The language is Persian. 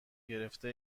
گرفته